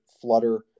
Flutter